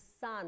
Son